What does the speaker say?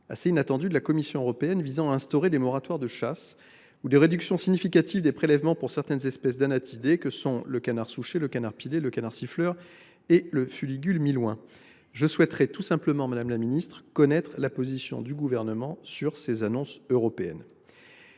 assez inattendues – de la Commission européenne visant à instaurer des moratoires de chasse ou des réductions significatives des prélèvements pour certaines espèces d’anatidés comme le canard souchet, le canard pilet, le canard siffleur et le fuligule milouin. Quelle est la position du Gouvernement sur ces annonces européennes